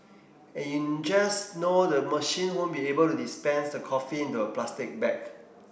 and you just know the machine won't be able to dispense the coffee into a plastic bag